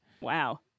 Wow